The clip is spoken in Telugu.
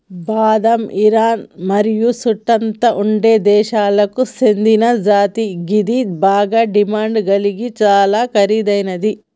బాదం ఇరాన్ మరియు చుట్టుతా ఉండే దేశాలకు సేందిన జాతి గిది బాగ డిమాండ్ గలిగి చాలా ఖరీదైనది